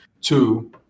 Two